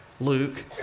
Luke